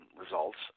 results